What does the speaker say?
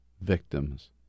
victims